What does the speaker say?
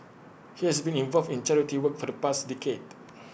he has been involved in charity work for the past decade